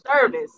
service